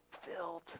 filled